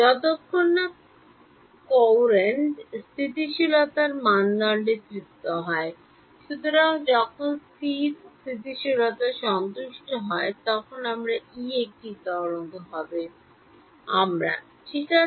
যতক্ষণ না কোরেণ্ট স্থিতিশীলতার মানদণ্ড তৃপ্ত হয় সুতরাং যখন স্থির স্থিতিশীলতা সন্তুষ্ট হয় তখন আমার E একটি তরঙ্গ হবে আমরা ঠিক আছে